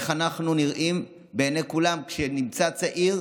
איך אנחנו נראים בעיני כולם כשנמצא צעיר